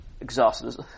exhausted